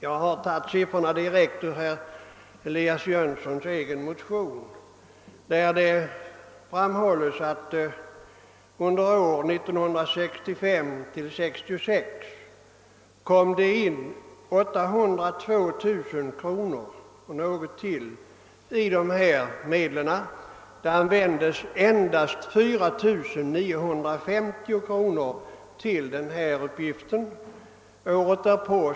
Av sifferuppgifterna i herr Jönssons i Ingemarsgården motion framgår att det under budgetåret 1965/ 66 inflöt något över 802 000 kronor, varav endast 4960 kronor användes för fiskevårdsområden.